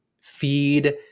feed